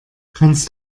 kannst